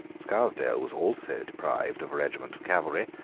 scarsdale was also deprived of a regiment of cavalry,